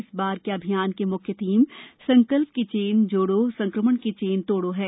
इस बार के अभियान की मुख्य थीम संकल्प की चेन जोड़ो संक्रमण की चेन तोड़ो है